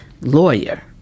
lawyer